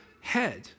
head